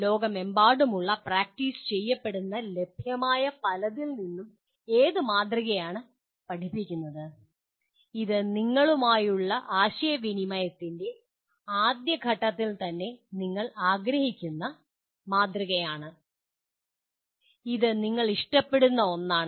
ലോകമെമ്പാടുമുള്ള പ്രാക്ടീസ് ചെയ്യപ്പെടുന്ന ലഭ്യമായ പലതിൽ നിന്നും ഏത് മാതൃകയാണ് പഠിപ്പിക്കുന്നത് ഇത് നിങ്ങളുമായുള്ള ആശയവിനിമയത്തിൻ്റെ ആദ്യ ഘട്ടത്തിൽ തന്നെ നിങ്ങൾ ആഗ്രഹിക്കുന്ന മാതൃകയാണ് ഇത് നിങ്ങൾ ഇഷ്ടപ്പെടുന്ന ഒന്നാണ്